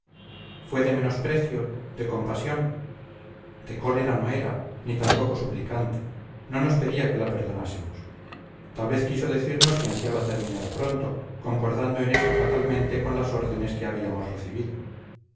fue de menosprecio de compasión de cólera no era ni tampoco suplicante no nos pedía que la perdonásemos tal vez quiso decirnos que ansiaba terminar pronto concordando en esto fatalmente con las órdenes que habíamos recibido